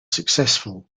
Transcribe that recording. successful